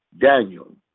Daniel